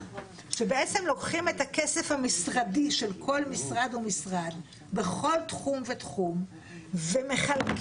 לוקחים את הכסף של כל משרד ומשרד בכל תחום ותחום ומחלקים,